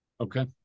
Okay